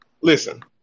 listen